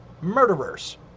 murderers